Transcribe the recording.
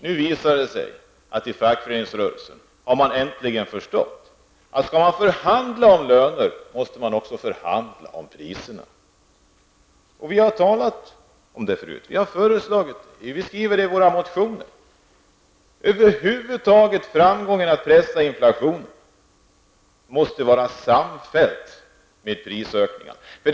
Nu visar det sig att fackföreningsrörelsen äntligen har förstått att skall man förhandla om löner, måste man också förhandla om priserna. Vi har talat om detta förut och fört fram det i våra motioner: Skall man med framgång kunna bekämpa inflationen, måste det vidtas åtgärder mot prisökningarna.